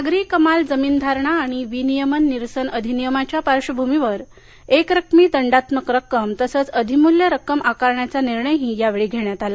नागरी कमाल जमीन धारणा आणि विनियमन निरसन अधिनियमाच्या पार्श्वभूमीवर एकरकमी दंडात्मक रक्कम तसेच अधिमूल्य रक्कम आकारण्याचाही निर्णय यावेळी घेण्यात आला